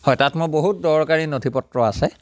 হয় তাত মোৰ বহুত দৰকাৰী নথি পত্ৰ আছে